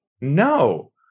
No